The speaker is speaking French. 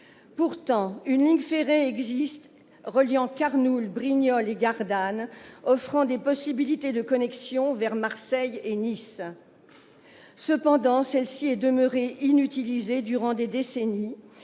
Pourtant, une ligne ferrée existe. Reliant Carnoules, Brignoles et Gardanne, elle offre des possibilités de connexions vers Marseille et Nice. Cependant, elle est demeurée inutilisée durant des décennies,